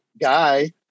guy